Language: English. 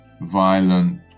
violent